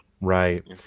right